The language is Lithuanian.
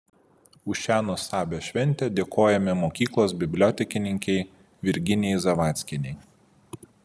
už šią nuostabią šventę dėkojame mokyklos bibliotekininkei virginijai zavadskienei